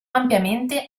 ampiamente